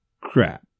crap